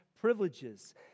privileges